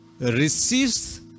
receives